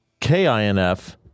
KINF